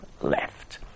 left